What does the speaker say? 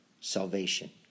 salvation